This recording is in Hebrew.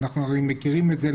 ואנחנו הרי מכירים את זה,